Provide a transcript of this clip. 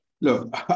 Look